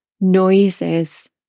noises